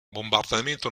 bombardamento